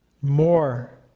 more